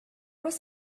was